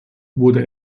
wurde